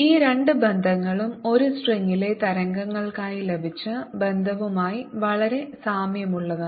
ഈ രണ്ട് ബന്ധങ്ങളും ഒരു സ്ട്രിംഗിലെ തരംഗങ്ങൾക്കായി ലഭിച്ച ബന്ധവുമായി വളരെ സാമ്യമുള്ളതാണ്